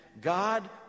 God